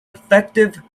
effective